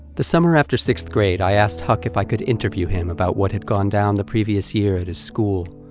the summer after sixth grade, i asked huck if i could interview him about what had gone down the previous year at his school.